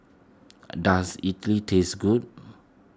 does Idly tastes good